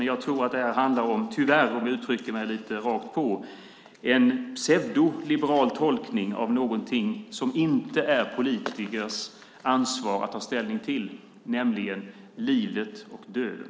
Jag tror att det här tyvärr handlar om, om jag uttrycker mig lite rakt på, en pseudoliberal tolkning av någonting som inte är politikers ansvar att ta ställning till, nämligen livet och döden.